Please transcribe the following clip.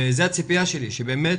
זו הציפייה שלי, שבאמת